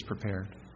prepared